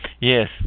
Yes